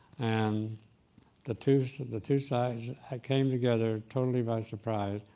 and the two so the two sides had came together, totally by surprise,